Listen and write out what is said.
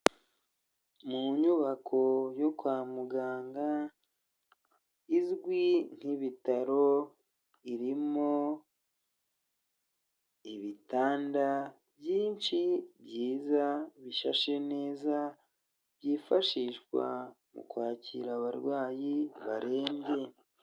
Mu nyubako yo kwa muganga izwi nk'ibitaro, irimo ibitanda byinshi byiza bishashe neza byifashishwa mu kwakira abarwayi barembye.